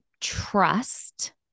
trust